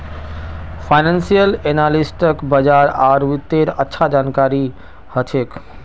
financial एनालिस्टक बाजार आर वित्तेर अच्छा जानकारी ह छेक